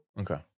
Okay